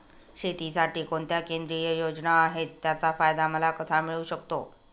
शेतीसाठी कोणत्या केंद्रिय योजना आहेत, त्याचा फायदा मला कसा मिळू शकतो?